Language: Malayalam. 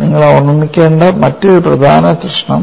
നിങ്ങൾ ഓർമ്മിക്കേണ്ട മറ്റൊരു പ്രധാന പ്രശ്നം